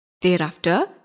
Thereafter